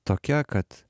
tokia kad